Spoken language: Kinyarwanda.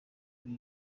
kuri